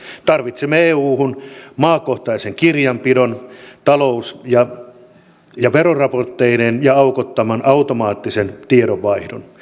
tarvitsemme euhun maakohtaisen kirjanpidon talous ja veroraportteineen ja aukottoman automaattisen tiedonvaihdon